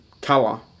color